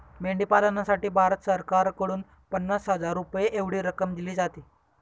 मेंढी पालनासाठी भारत सरकारकडून पन्नास हजार रुपये एवढी रक्कम दिली जाते